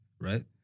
right